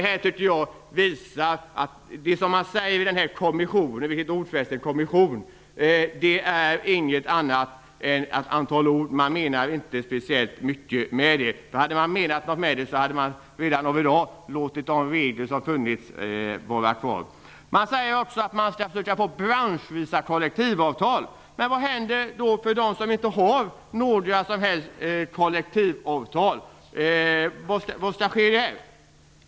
Jag tycker att detta visar att det som sägs i kommissionen - vilket ord förresten, kommission - inte är något annat än ett antal ord. Man menar inget speciellt med det. Hade man gjort det hade man låtit de regler som finns i dag vara kvar. Man säger också att man skall försöka få branschvisa kollektivavtal. Vad händer då med dem som inte har några kollektivavtal? Vad skall ske där?